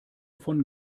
von